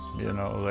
you know, like